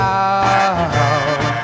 out